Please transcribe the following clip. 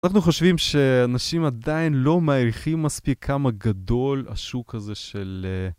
אנחנו חושבים שאנשים עדיין לא מעריכים מספיק כמה גדול השוק הזה של...